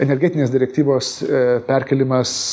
energetinės direktyvos perkėlimas